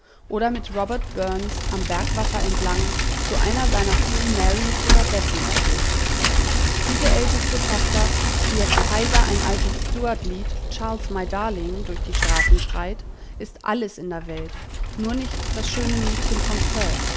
oder mit robert burns am bergwasser entlang zu einer seiner vielen marys oder bessys schlich diese älteste tochter die jetzt heiser ein altes stuart lied charles my darling durch die straßen schreit ist alles in der welt nur nicht das schöne mädchen von